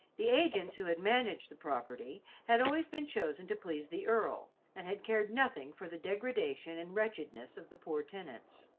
the agents who had managed the property had always been chosen to please the earl, and had cared nothing for the degradation and wretchedness of the poor tenants.